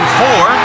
four